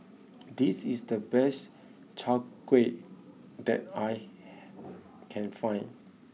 this is the best Chai Kueh that I can find